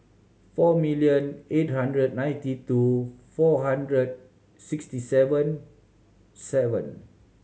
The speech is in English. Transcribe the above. four million eight hundred ninety two four hundred sixty seven seven